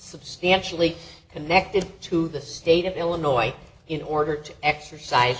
substantially connected to the state of illinois in order to exercise